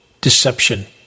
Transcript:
deception